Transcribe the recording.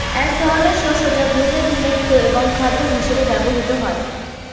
এক ধরনের শস্য যা গ্লুটেন মুক্ত এবং খাদ্য হিসেবে ব্যবহৃত হয়